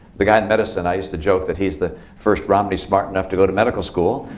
the guy in medicine, i used to joke that he's the first romney smart enough to go to medical school.